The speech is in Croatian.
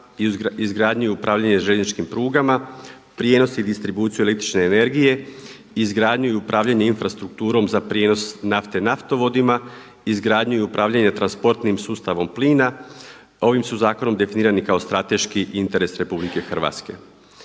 izgradnju i upravljanje željezničkim prugama, prijenos i distribuciju električne energije, izgradnju i upravljanje infrastrukturom za prijenos nafte naftovodima, izgradnju i upravljanje transportnim sustavom plina. Ovim su zakonom definirani kao strateški interes RH.